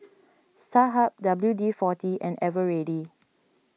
Starhub W D forty and Eveready